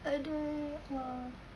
!aduh! ah